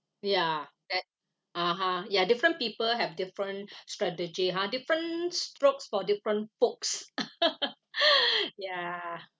ya at (uh huh) ya different people have different strategy uh different strokes for different folks ya